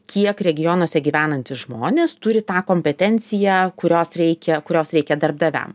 kiek regionuose gyvenantys žmonės turi tą kompetenciją kurios reikia kurios reikia darbdaviam